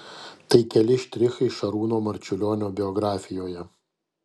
tai keli štrichai šarūno marčiulionio biografijoje